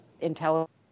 intelligence